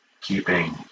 keeping